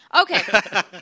Okay